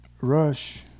Rush